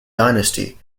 dynasty